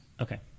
Okay